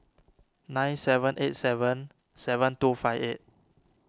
nine seven eight seven seven two five eight